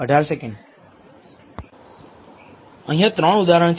અહીંયા ત્રણ ઉદાહરણ છે